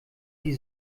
die